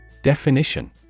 Definition